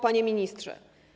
Panie Ministrze!